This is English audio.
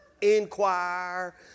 inquire